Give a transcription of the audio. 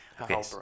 okay